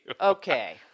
Okay